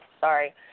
Sorry